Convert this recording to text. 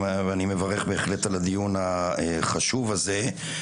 גם אני מברך בהחלט על הדיון החשוב הזה.